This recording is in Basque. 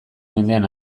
mendean